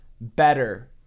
better